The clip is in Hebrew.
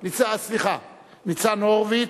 ניצן הורוביץ.